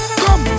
come